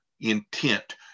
intent